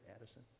Addison